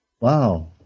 Wow